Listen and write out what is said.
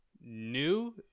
new